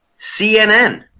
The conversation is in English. CNN